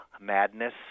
madness